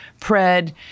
Pred